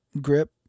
grip